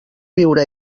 viure